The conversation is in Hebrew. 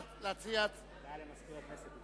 הודעה למזכיר הכנסת.